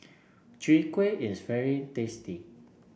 Chwee Kueh is very tasty